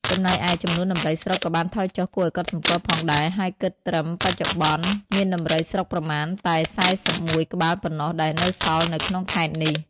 ចំណែកឯ ចំនួនដំរីស្រុកក៏បានថយចុះគួរឱ្យកត់សម្គាល់ផងដែរ ហើយគិតត្រឹមបច្ចុប្បន្នមានដំរីស្រុកប្រមាណតែ ៤១ ក្បាលប៉ុណ្ណោះដែលនៅសល់នៅក្នុងខេត្តនេះ។